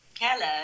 Hello